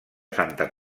santa